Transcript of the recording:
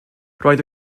roedd